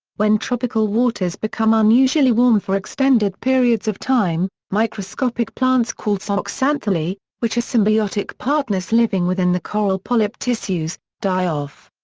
when tropical waters become unusually warm for extended periods of time, microscopic plants called zooxanthellae, which are symbiotic partners living within the coral polyp tissues, die off.